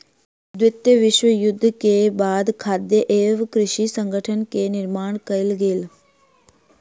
द्वितीय विश्व युद्ध के बाद खाद्य एवं कृषि संगठन के निर्माण कयल गेल